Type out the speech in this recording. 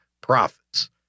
profits